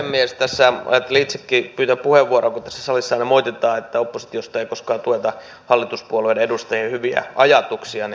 ajattelin itsekin pyytää puheenvuoron kun tässä salissa aina moititaan että oppositiosta ei koskaan tueta hallituspuolueiden edustajien hyviä ajatuksia